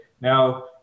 now